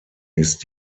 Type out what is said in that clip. ist